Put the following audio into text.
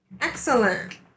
Excellent